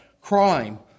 crime